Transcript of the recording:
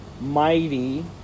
mighty